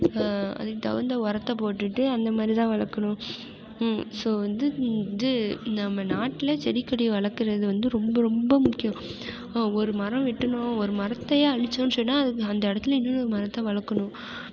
அதுக்குத் தகுந்த உரத்தை போட்டுட்டு அந்தமாதிரி தான் வளர்க்கணும் ஸோ வந்து இது நம்ம நாட்டில் செடி கொடி வளர்க்குறது வந்து ரொம்ப ரொம்ப முக்கியம் ஒரு மரம் வெட்டணும் ஒரு மரத்தையே அழித்தோம்னு சொன்னால் அந்த இடத்தில் இன்னொரு மரத்தை வளர்க்கணும்